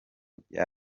bya